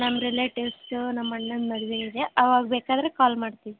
ನಮ್ಮ ರಿಲೇಟಿವ್ಸ್ ನಮ್ಮ ಅಣ್ಣನ ಮದುವೆ ಇದೆ ಅವಾಗ ಬೇಕಾದರೆ ಕಾಲ್ ಮಾಡ್ತೀವಿ